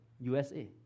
USA